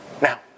Now